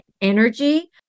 energy